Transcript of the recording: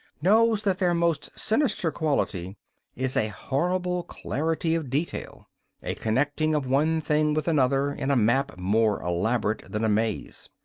knows that their most sinister quality is a horrible clarity of detail a connecting of one thing with another in a map more elaborate than a maze.